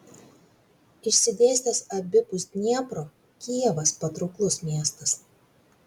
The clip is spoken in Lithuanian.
išsidėstęs abipus dniepro kijevas patrauklus miestas